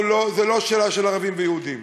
זה לא שאלה של ערבים ויהודים,